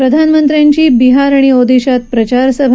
प्रधानमंत्र्यांची बिहार आणि ओदिशात प्रचारसभा